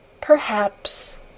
perhaps